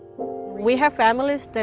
we have families,